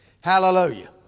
Hallelujah